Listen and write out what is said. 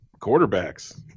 quarterbacks